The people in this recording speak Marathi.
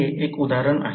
हे एक उदाहरण आहे